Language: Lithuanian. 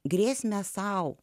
grėsmę sau